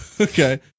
Okay